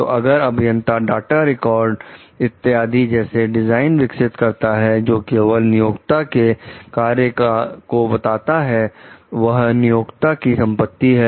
तो अगर अभियंता डाटा रिकॉर्ड इत्यादि जैसे डिजाइन विकसित करता है जो केवल नियोक्ता के कार्य को बताता है वह नियोक्ता की संपत्ति है